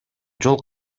жол